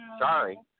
Sorry